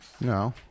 No